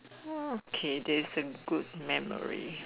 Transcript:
okay that is the good memory